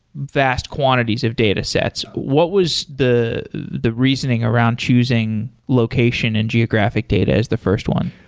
vast quantities of datasets. what was the the reasoning around choosing location and geographic data as the first one?